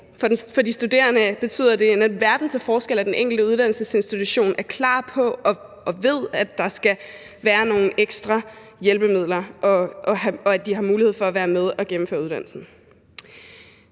enkelte studerende betyder det en verden til forskel, at den enkelte uddannelsesinstitution er klar på og ved, at der skal være nogle ekstra hjælpemidler, og at den studerende har mulighed for at være med og gennemføre uddannelsen.